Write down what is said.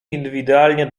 indywidualnie